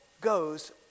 goes